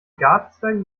gartenzwerge